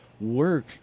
work